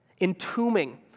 entombing